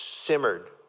simmered